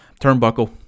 turnbuckle